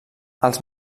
els